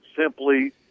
Simply